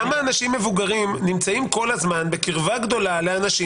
כמה אנשים מבוגרים נמצאים כל הזמן בקרבה גדולה לאנשים?